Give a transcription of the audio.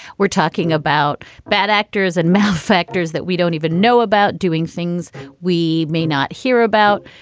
we're talking about bad actors and math factors that we don't even know about doing things we may not hear about.